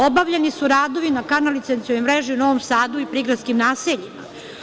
Obavljeni su radovi na kanalizacionoj mreži u Novom Sadu i prigradskim naseljima.